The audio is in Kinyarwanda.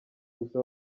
gusa